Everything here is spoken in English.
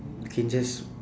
you can just